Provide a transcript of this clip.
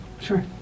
Sure